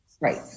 right